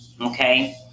okay